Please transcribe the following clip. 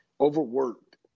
overworked